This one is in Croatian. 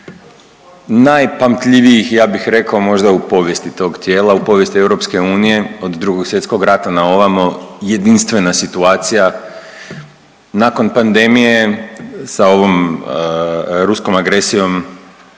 najpamtljivijih ja bih rekao možda u povijesti tog tijela, u povijesti EU od Drugog svjetskog rata naovamo, jedinstvena situacija. Nakon pandemije sa ovom ruskom agresijom